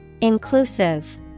Inclusive